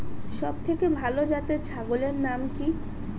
সবথেকে ভালো জাতের ছাগলের নাম কি?